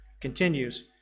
continues